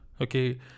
okay